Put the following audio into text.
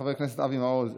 חבר הכנסת אבי מעוז,